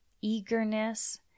eagerness